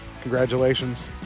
congratulations